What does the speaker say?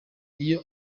iyo